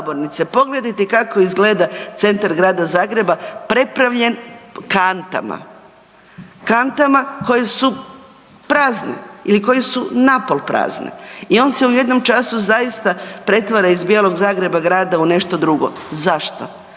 pogledajte kako izgleda centar Grada Zagreba preplavljen kantama, kantama koji su prazni ili koje su na pol prazne i on se u jednom času zaista pretvara iz bijelog Zagreba grada u nešto drugo. Zašto?